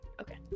okay